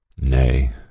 Nay